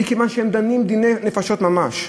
מכיוון שהם דנים דיני נפשות ממש.